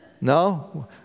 No